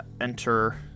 Enter